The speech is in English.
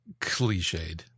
cliched